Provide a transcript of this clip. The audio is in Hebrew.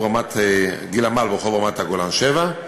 גיל-עמל ברחוב רמת-הגולן 7,